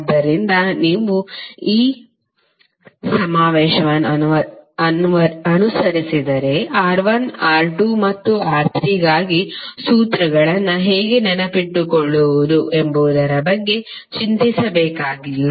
ಆದ್ದರಿಂದ ನೀವು ಈ ಸಮಾವೇಶವನ್ನು ಅನುಸರಿಸಿದರೆ R1 R2 ಮತ್ತು R3 ಗಾಗಿ ಸೂತ್ರಗಳನ್ನು ಹೇಗೆ ನೆನಪಿಟ್ಟುಕೊಳ್ಳುವುದು ಎಂಬುದರ ಬಗ್ಗೆ ಚಿಂತಿಸಬೇಕಾಗಿಲ್ಲ